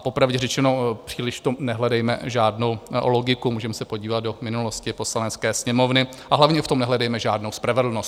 Popravdě řečeno, příliš v tom nehledejme žádnou logiku, můžeme se podívat do minulosti Poslanecké sněmovny, a hlavně v tom nehledejme žádnou spravedlnost.